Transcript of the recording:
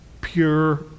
pure